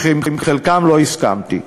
שעם חלקם לא הסכמתי.